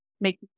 make